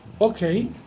Okay